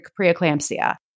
preeclampsia